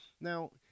Now